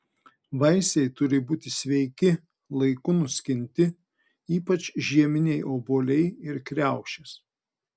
vaisiai turi būti sveiki laiku nuskinti ypač žieminiai obuoliai ir kriaušės